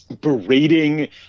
berating